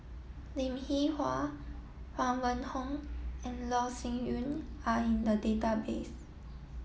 Lim Hwee Hua Huang Wenhong and Loh Sin Yun are in the database